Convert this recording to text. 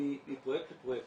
מפרויקט לפרויקט.